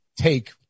take